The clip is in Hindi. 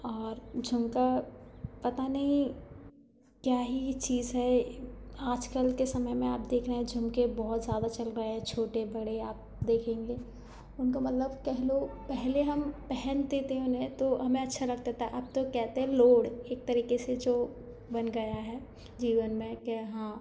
और झुमका पता नहीं क्या ही चीज है आजकल के समय में आप देख रहे हैं झुमके बहुत ज़्यादा चल रहा है छोटे बड़े आप देखेंगे उनका मतलब कह लो पहले हम पहनते थे उन्हें तो हमें अच्छा लगता था अब तो कहते हैं लोड एक तरीके से जो बन गया है जीवन में के हाँ